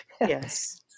Yes